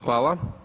Hvala.